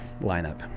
lineup